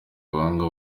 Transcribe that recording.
abahanga